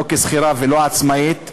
לא כשכירה ולא עצמאית,